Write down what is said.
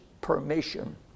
permission